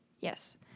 yes